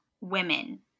women